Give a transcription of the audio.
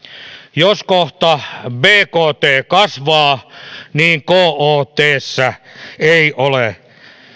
jos kohta bkt kasvaa niin kotssä ei ole